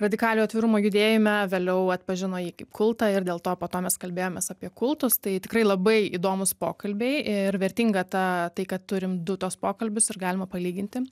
radikaliojo atvirumo judėjime vėliau atpažino jį kaip kultą ir dėl to po to mes kalbėjomės apie kultus tai tikrai labai įdomūs pokalbiai ir vertinga ta tai kad turim du tuos pokalbius ir galima palyginti